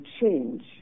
change